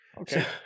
Okay